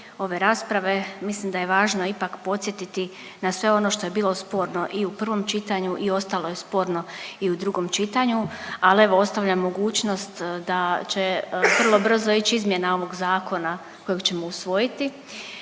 ove rasprave mislim da je važno ipak podsjetiti na sve ono što je bilo sporno i u prvom čitanju i ostalo je sporno i u drugom čitanju, al evo ostavlja mogućnost da će vrlo brzo ići izmjena ovog zakona kojeg ćemo usvojiti.